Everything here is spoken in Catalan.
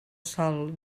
sòl